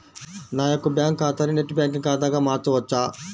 నా యొక్క బ్యాంకు ఖాతాని నెట్ బ్యాంకింగ్ ఖాతాగా మార్చవచ్చా?